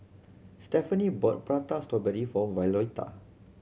Stefani bought Prata Strawberry for Violeta